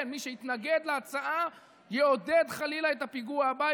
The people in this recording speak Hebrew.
כן, מי שיתנגד להצעה יעודד, חלילה, את הפיגוע הבא.